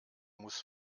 muss